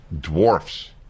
dwarfs